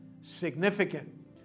significant